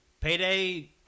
Payday